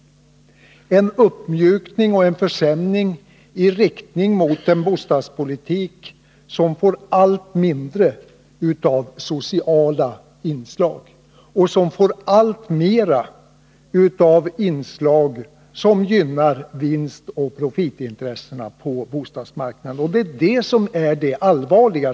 Det är en uppmjukning och en försämring i riktning mot en bostadspolitik som får allt mindre av sociala inslag och alltmer av inslag som gynnar vinstintressena på bostadsmarknaden. Det är det som är det allvarliga.